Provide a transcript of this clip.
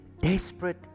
desperate